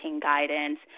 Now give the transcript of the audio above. guidance